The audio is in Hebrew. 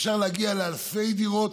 אפשר להגיע לאלפי דירות.